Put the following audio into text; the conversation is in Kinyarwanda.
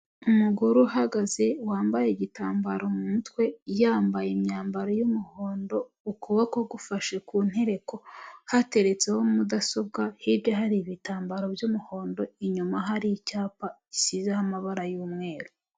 Umugore uhagaze wambaye igitambaro mu mutwe, yambaye imyambaro y'umuhondo, ukuboko gufashe ku ntereko, hateretseho mudasobwa, hirya hari ibitambaro by'umuhondo, inyuma hari icyapa gisizeho amabara y'umweru.